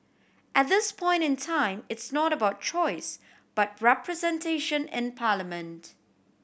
at this point in time it's not about choice but representation in parliament